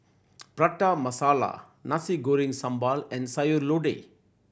Prata Masala Nasi Goreng Sambal and Sayur Lodeh